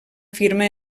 firma